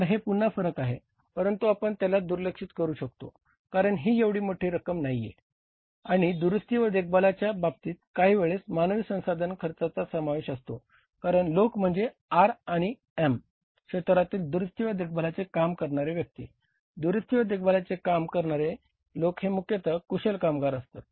तर हे पुन्हा फरक आहे परंतु आपण त्याला दुर्लक्षित करू शकतो कारण ही एवढीही मोठी रक्कम नाहीये आणि दुरुस्ती व देखभालाच्या बाबतीतही काही वेळेस मानवी संसाधन खर्चाचा समावेश असतो कारण लोक म्हणजे आर आणि एम क्षेत्रातील दुरुस्ती व देखभालाचे काम करणारे व्यक्ती दुरुस्ती व देखभालाचे काम करणारे लोक हे मुख्यतः कुशल कामगार असतात